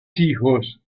hijos